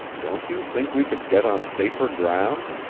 don't you think we could get on safer ground?